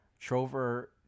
Trover